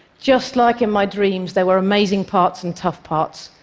just like in my dreams, there were amazing parts and tough parts.